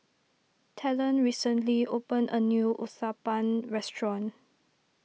Talen recently opened a new Uthapam restaurant